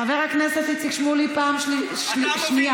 חבר הכנסת איציק שמולי, פעם שנייה.